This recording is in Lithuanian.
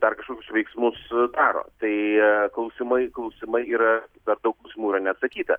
dar kažkokius veiksmus daro tai klausimai klausimai yra per daug klausimų yra neatsakyta